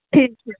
ਠੀਕ ਹੈ